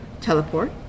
teleport